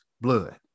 blood